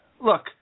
look